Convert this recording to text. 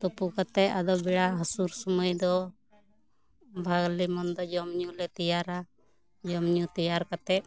ᱛᱩᱯᱩ ᱠᱟᱛᱮᱜ ᱵᱮᱲᱟ ᱦᱟᱥᱩᱨ ᱥᱚᱢᱚᱭ ᱫᱚ ᱵᱷᱟᱹᱞᱤ ᱢᱚᱱᱫᱚ ᱡᱚᱢ ᱧᱩᱞᱮ ᱛᱮᱭᱟᱨᱟ ᱡᱚᱢ ᱧᱩ ᱛᱮᱭᱟᱨ ᱠᱟᱛᱮᱜ